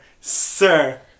Sir